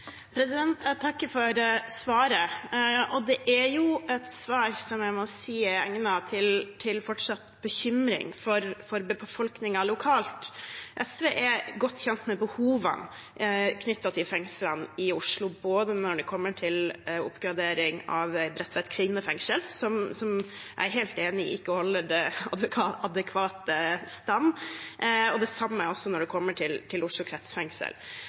Jeg takker for svaret. Det var et svar som jeg må si er egnet til fortsatt bekymring i befolkningen lokalt. SV er godt kjent med behovene knyttet til fengslene i Oslo, både når det gjelder oppgradering av Bredtveit kvinnefengsel, som jeg er helt enig i ikke er i adekvat stand, og når det gjelder Oslo kretsfengsel. Samtidig kommer